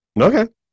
Okay